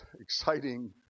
exciting